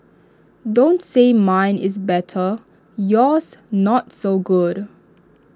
don't say mine is better yours not so good